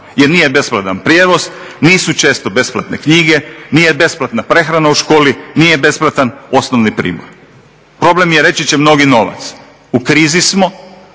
jer nije besplatan prijevoz, nisu često besplatne knjige, nije besplatna prehrana u školi, nije besplatan osnovni pribor. Problem je reći će mnogi novac. U krizi smo,